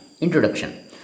Introduction